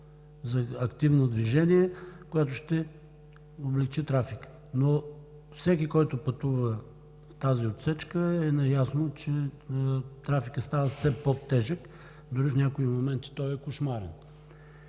за активно движение, която ще облекчи трафика. Всеки обаче, който пътува в тази отсечка, е наясно, че трафикът става все по-тежък, дори в някои моменти е кошмарен